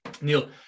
Neil